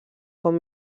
com